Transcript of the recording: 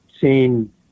seen